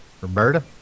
Roberta